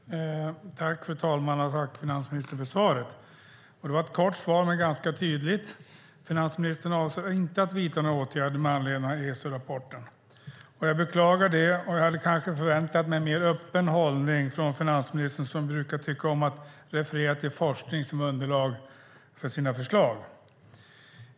Fru talman! Tack för svaret, finansministern! Det var ett kort men ganska tydligt svar: Finansministern avser inte att vidta några åtgärder med anledning av ESO-rapporten. Jag beklagar det. Jag hade kanske förväntat mig en mer öppen hållning från finansministern, som brukar tycka om att referera till forskning som underlag för sina förslag.